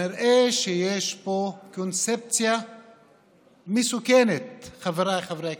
כנראה שיש קונספציה מסוכנת, חבריי חברי הכנסת.